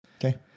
Okay